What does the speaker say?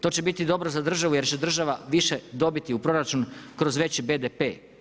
To će biti dobro za državu jer će država više dobiti u proračun kroz veći BDP.